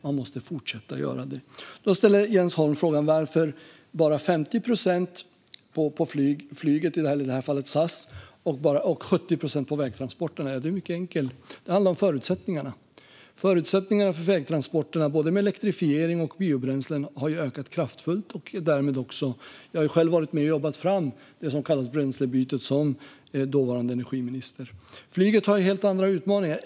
Man måste fortsätta att göra detta. Jens Holm ställde frågan varför det bara är 50 procents minskning som gäller för flyget när det är 70 procents minskning som gäller för vägtransporterna. Det är mycket enkelt - det handlar om förutsättningarna. Förutsättningarna för vägtransporterna, både med elektrifiering och med biobränslen, har ju ökat kraftfullt. Jag har själv, som dåvarande energiminister, varit med och jobbat fram det som kallas bränslebytet. Flyget har helt andra utmaningar.